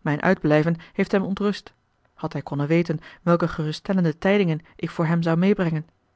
mijn uitblijven heeft hem ontrust had hij konnen weten welke geruststellende tijdingen ik voor hem zou meêbrengen